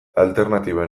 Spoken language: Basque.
alternatiben